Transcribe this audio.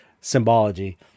symbology